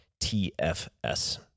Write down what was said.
TFS